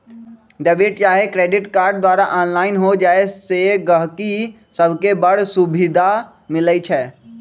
debit चाहे credit card द्वारा online हो जाय से गहकि सभके बड़ सुभिधा मिलइ छै